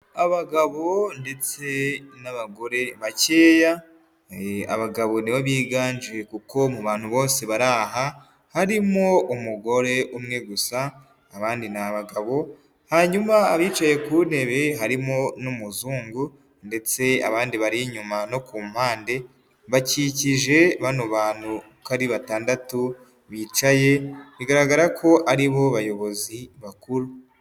Abagabo ndetse n'abagore bakeya, abagabo ni bo biganje kuko mu bantu bose bari aha harimo umugore umwe gusa, abandi ni abagabo, hanyuma abicaye ku ntebe harimo n'umuzungu ndetse abandi bari inyuma no ku mpande, bakikije bano bantu uko ari batandatu bicaye bigaragara ko aribo bayobozi bakuru.